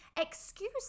excuse